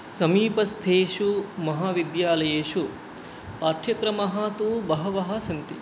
समीपस्थेषु महाविद्यालयेषु पाठ्यक्रमाः तु बहवः सन्ति